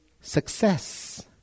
success